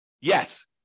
Yes